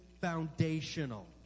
foundational